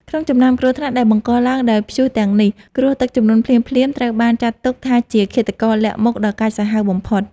ក្នុងចំណោមគ្រោះថ្នាក់ដែលបង្កឡើងដោយព្យុះទាំងនេះ គ្រោះទឹកជំនន់ភ្លាមៗ ត្រូវបានចាត់ទុកថាជាឃាតករលាក់មុខដ៏កាចសាហាវបំផុត។